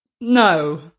No